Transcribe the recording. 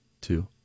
two